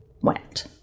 went